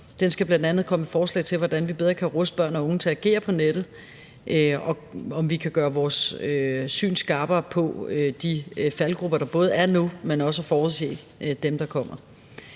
Den skal bl.a. komme med forslag til, hvordan vi bedre kan ruste børn og unge til at agere på nettet, og se på, om vi kan gøre vores syn skarpere på de faldgruber, der er nu, men også i forhold til at forudse dem, der kommer.